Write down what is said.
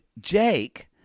Jake